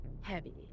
Heavy